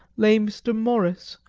lay mr. morris,